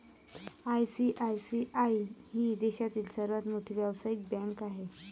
ICICI ही देशातील सर्वात मोठी व्यावसायिक बँक आहे